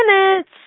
minutes